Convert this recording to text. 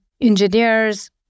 engineers